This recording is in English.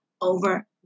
over